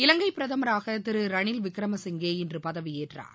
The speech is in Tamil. இலங்கை பிரதமராக திரு ரணில் விக்ரமசிங்கே இன்று பதவியேற்றார்